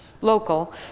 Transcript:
local